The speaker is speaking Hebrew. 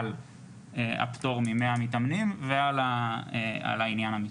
על הפטור מ-100 מתאמנים ועל העניין המקצועי.